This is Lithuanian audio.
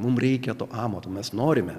mums reikia to amato mes norime